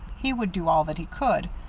he would do all that he could,